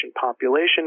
population